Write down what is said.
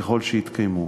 ככל שיתקיימו.